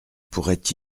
pourrait